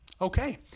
Okay